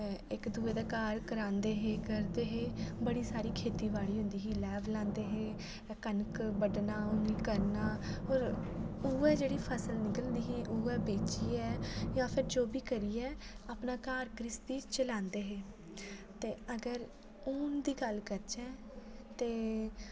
इक दुए दे घर करांदे हे करदे हे बड़ी सारी खेतीबाड़ी होंदी ही लैब लांदे हे कनक बड्ढना उ'नें करना होर उ'ऐ जेह्ड़ी फ़सल निकलदी ही उ'ऐ बेचियै जां फिर जो बी करियै अपना घर घ्रिस्ती चलांदे हे ते अगर हून दी गल्ल करचै ते